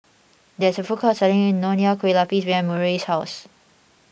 there is a food court selling Nonya Kueh Lapis behind Murray's house